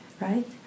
right